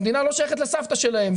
המדינה לא שייכת לסבתא שלהם,